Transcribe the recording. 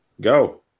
go